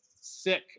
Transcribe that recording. sick